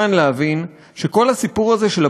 כמו שמופיע בהסכם הקואליציוני,